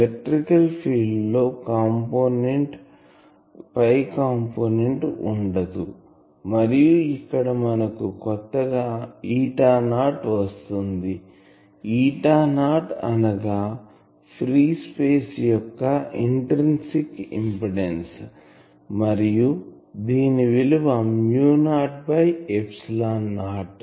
electric field లో ϕ component ఉండదు మరియు ఇక్కడ మనకు కొత్తగా ఈటా నాట్ వస్తుంది ఈటా నాట్ అనగా ఫ్రీ స్పేస్ యొక్క ఇంట్రిన్సిక్ ఇంపిడెన్సు మరియు దీని విలువ mu naught by epsilon not